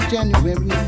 January